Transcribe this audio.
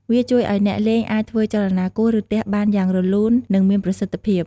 វាជួយឲ្យអ្នកលេងអាចធ្វើចលនាគោះ ឬទះបានយ៉ាងរលូន និងមានប្រសិទ្ធភាព។